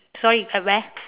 so it's at where